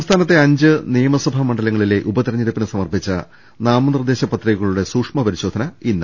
സംസ്ഥാനത്തെ അഞ്ച് നിയമസഭാ മണ്ഡലങ്ങളിലെ ഉപ തെരഞ്ഞെടുപ്പിന് സമർപ്പിച്ച നാമനിർദേശ പത്രികകളുടെ സൂക്ഷ്മ പരിശോധന ഇന്ന്